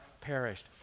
perished